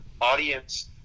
audience